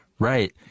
Right